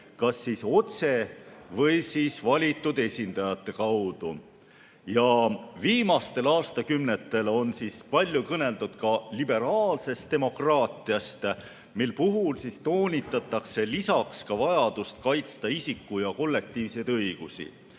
ise kas otse või valitud esindajate kaudu. Viimastel aastakümnetel on palju kõneldud ka liberaalsest demokraatiast, mille puhul toonitatakse lisaks vajadust kaitsta isiku‑ ja kollektiivseid õigusi.